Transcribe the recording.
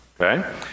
okay